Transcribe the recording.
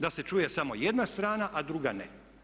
Da se čuje samo jedna strana, a druga ne.